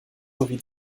sowie